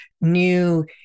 new